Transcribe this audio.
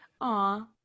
Aw